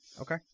Okay